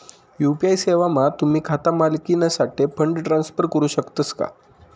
UPI सेवामा तुम्ही खाता मालिकनासाठे फंड ट्रान्सफर करू शकतस का